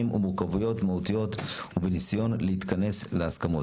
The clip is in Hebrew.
ומורכבויות מהותיות ובניסיון להתכנס להסכמות.